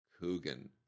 Coogan